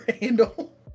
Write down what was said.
handle